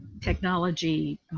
technology